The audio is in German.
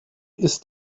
ist